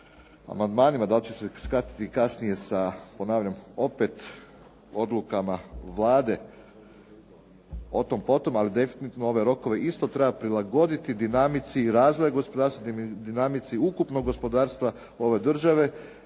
amandmanima, da li će se skratiti kasnije sa, ponavljam, opet odlukama Vlade o tom potom, ali definitivno ove rokove isto treba prilagoditi dinamici i razvoja gospodarstvenim i dinamici ukupnog gospodarstva ove države